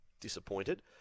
disappointed